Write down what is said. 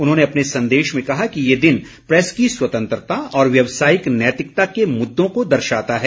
उन्होंने अपने संदेश में कहा कि ये दिन प्रेस की स्वतंत्रता और व्यवसायिक नैतिकता के मुद्दों को दर्शाता है